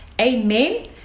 Amen